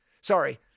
Sorry